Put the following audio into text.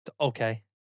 Okay